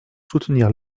soutenir